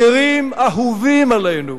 הגרים אהובים עלינו,